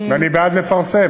ואני בעד לפרסם.